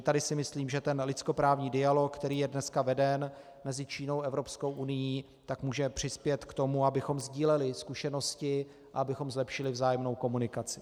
Tady si myslím, že ten lidskoprávní dialog, který je dneska veden mezi Čínou a Evropskou unií, může přispět k tomu, abychom sdíleli zkušenosti a abychom zlepšili vzájemnou komunikaci.